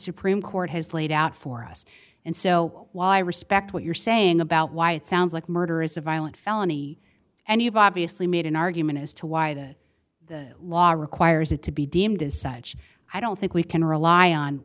supreme court has laid out for us and so while i respect what you're saying about why it sounds like murder is a violent felony and you've obviously made an argument as to why that the law requires it to be deemed as such i don't think we can rely on